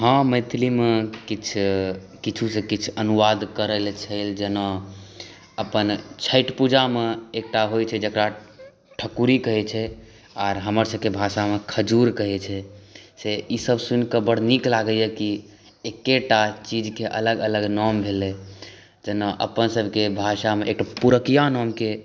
हॅं मैथिलीमे किछु किछु सँ किछु अनुवाद करऽ लेल छै जेना अपन छठि पूजामे एकटा होइ छै जकरा ठकुरि कहै छै आर हमर सबके भाषामे खजूर कहै छै से ई सब सुनिकऽ बड्ड नीक लागैया कि एक्केटा चीजके अलग अलग नाम भेलै जेना अपन सबके भाषामे एकटा पुरकिया नामके